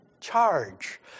charge